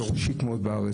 שורשית מאוד בארץ.